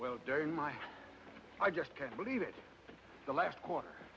well during my i just can't believe it's the last quarter